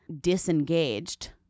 disengaged